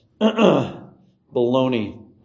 baloney